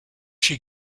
she